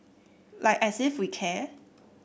like as if we care